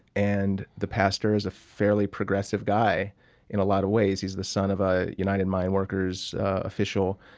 and the pastor is a fairly progressive guy in a lot of ways. he's the son of a united mine workers official.